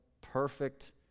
perfect